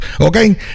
okay